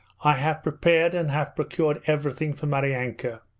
i have prepared and have procured everything for maryanka.